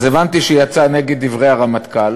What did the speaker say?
אז הבנתי שהיא יצאה נגד דברי הרמטכ"ל